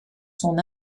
son